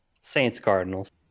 Saints-Cardinals